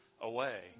away